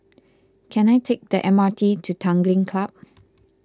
can I take the M R T to Tanglin Club